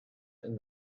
and